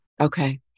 Okay